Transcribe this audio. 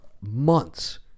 months